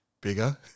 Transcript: bigger